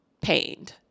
pained